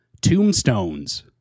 tombstones